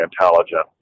intelligent